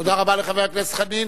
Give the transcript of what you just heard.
תודה רבה לחבר הכנסת חנין.